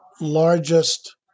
Largest